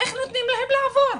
איך נותנים להם לעבור?